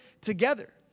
together